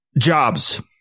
jobs